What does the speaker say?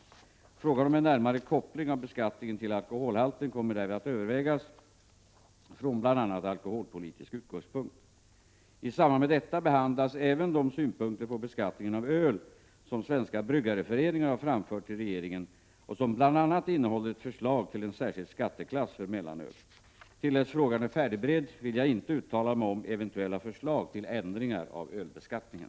Frågan om en närmare koppling av beskattning till alkoholhalten kommer därvid att övervägas från bl.a. alkoholpolitisk utgångspunkt. I samband med detta behandlas även de synpunkter på beskattningen av öl som Svenska Bryggareföreningen har framfört till regeringen och som bl.a. innehåller ett förslag till en särskild skatteklass för mellanöl. Till dess frågan är färdigberedd vill jag inte uttala mig om eventuella förslag till ändringar av ölbeskattningen.